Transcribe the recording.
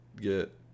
get